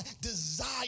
desire